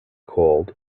called